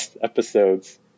episodes